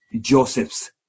Joseph's